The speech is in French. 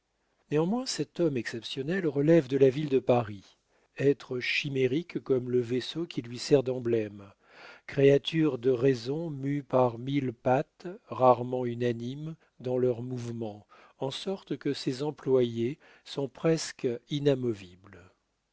néanmoins cet homme exceptionnel relève de la ville de paris être chimérique comme le vaisseau qui lui sert d'emblème créature de raison mue par mille pattes rarement unanimes dans leurs mouvements en sorte que ses employés sont presque inamovibles